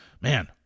man